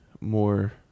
more